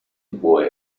boy